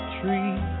tree